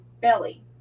belly